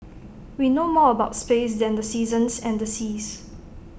we know more about space than the seasons and the seas